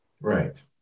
Right